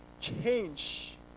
change